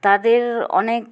তাদের অনেক